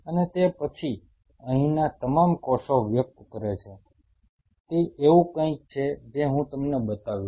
અને તે પછી અહીંના તમામ કોષો વ્યક્ત કરે છે તે એવું કંઈક છે જે હું તમને બતાવીશ